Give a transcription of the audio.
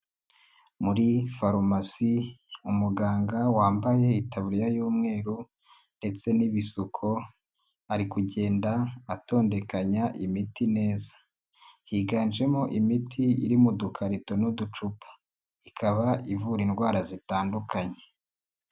Muri farumasi, umuganga wambaye itaburiya y'umweru ndetse n'ibisuko, ari kugenda atondekanya imiti neza. Higanjemo imiti iri mu dukarito n'uducupa, ikaba ivura indwara zitandukanye.